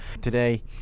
today